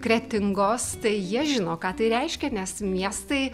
kretingos tai jie žino ką tai reiškia nes miestai